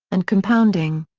and compounding.